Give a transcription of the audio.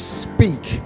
speak